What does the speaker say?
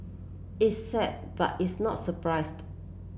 it's sad but its not surprised